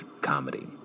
comedy